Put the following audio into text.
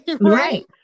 Right